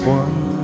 one